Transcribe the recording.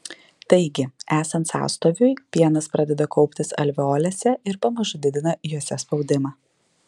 taigi esant sąstoviui pienas pradeda kauptis alveolėse ir pamažu didina jose spaudimą